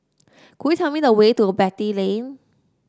could you tell me the way to Beatty Lane